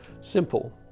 simple